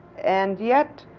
and yet,